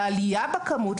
העלייה בכמות,